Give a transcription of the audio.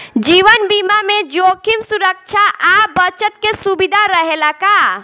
जीवन बीमा में जोखिम सुरक्षा आ बचत के सुविधा रहेला का?